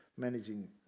managing